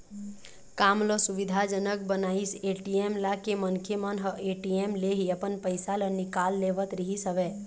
काम ल सुबिधा जनक बनाइस ए.टी.एम लाके मनखे मन ह ए.टी.एम ले ही अपन पइसा ल निकाल लेवत रिहिस हवय